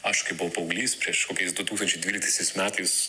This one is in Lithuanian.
aš kai buvau paauglys prieš kokiais du tūkstančiai dvyliktaisiais metais